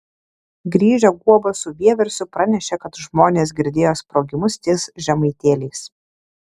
grįžę guoba su vieversiu pranešė kad žmonės girdėjo sprogimus ties žemaitėliais